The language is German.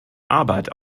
arbeit